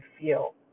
feel